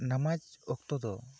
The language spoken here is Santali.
ᱱᱟᱢᱟᱡᱽ ᱚᱠᱛᱚ ᱫᱚ